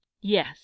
Yes